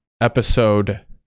episode